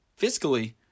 fiscally